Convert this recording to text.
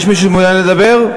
יש מישהו שמעוניין לדבר?